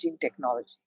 technology